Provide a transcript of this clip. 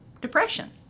depression